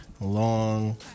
long